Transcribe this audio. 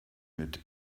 mit